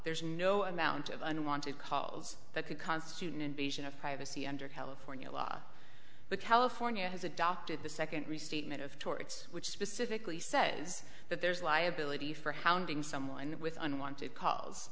there's no amount of unwanted calls that could constitute an invasion of privacy under california law but california has adopted the second restatement of torts which specifically says that there's liability for hounding someone with unwanted calls